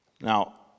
Now